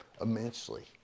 immensely